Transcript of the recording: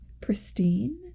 pristine